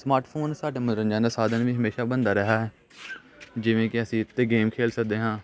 smart phone ਸਾਡੇ ਮਨੋਰੰਜਨ ਦਾ ਸਾਧਨ ਵੀ ਹਮੇਸ਼ਾ ਬਣਦਾ ਰਿਹਾ ਹੈ ਜਿਵੇਂ ਕਿ ਅਸੀਂ ਇਸ 'ਤੇ ਗੇਮ ਖੇਲ ਸਕਦੇ ਹਾਂ